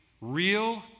real